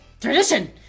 tradition